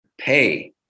pay